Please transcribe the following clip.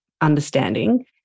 understanding